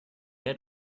had